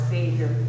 Savior